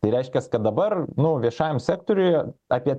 tai reiškia kad dabar nu viešajam sektoriuj apie